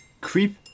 Creep